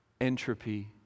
entropy